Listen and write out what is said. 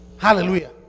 Hallelujah